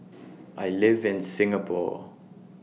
I live in Singapore